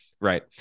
Right